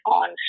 on